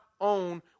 own